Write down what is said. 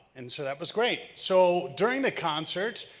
and so that was great. so during the concert,